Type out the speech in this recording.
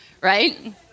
right